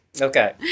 Okay